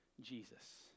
Jesus